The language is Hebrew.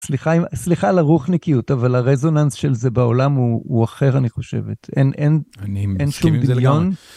סליחה, סליחה על הרוחנקיות, אבל הרזוננס של זה בעולם הוא אחר, אני חושבת, אין שום היגיון.אני מסכים איתך